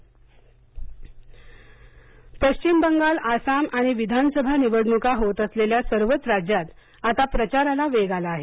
पंतप्रधान प्रचार पश्चिम बंगाल आसाम आणि विधानसभा निवडणुका होत असलेल्या सर्वच राज्यांत आता प्रचाराला वेग आला आहे